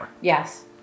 Yes